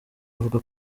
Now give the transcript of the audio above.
avuga